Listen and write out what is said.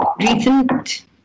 recent